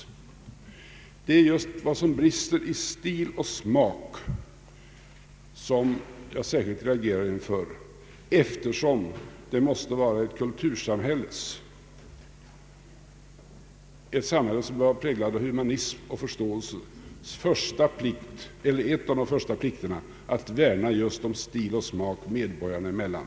Det är just vad som brister i stil och smak som jag särskilt reagerar inför, eftersom ett kultursamhälle, ett samhälle som är präglat av humanism och förståelse, måste ha som en av de första plikterna att värna om stil och smak människorna emellan.